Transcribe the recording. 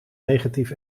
negatief